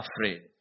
afraid